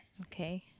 Okay